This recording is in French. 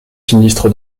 sinistre